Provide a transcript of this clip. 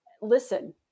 listen